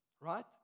Right